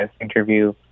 interview